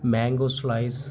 mango slice